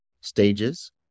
stages